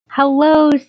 Hello